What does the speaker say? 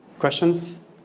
questions?